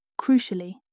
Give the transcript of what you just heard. Crucially